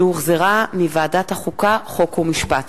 התשע"א 2011, שהחזירה ועדת החוקה, חוק ומשפט.